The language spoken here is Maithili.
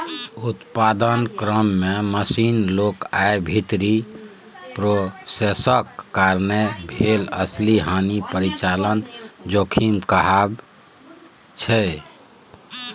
उत्पादन क्रम मे मशीन, लोक आ भीतरी प्रोसेसक कारणेँ भेल असली हानि परिचालन जोखिम कहाइ छै